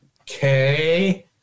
okay